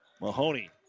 Mahoney